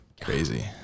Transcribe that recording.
Crazy